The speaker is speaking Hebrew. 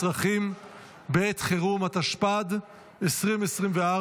התשפ"ד 2024,